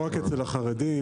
לא רק אצל החרדים.